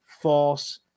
false